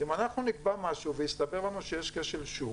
אם אנחנו נקבע משהו ויסתבר לנו שיש כשל שוק,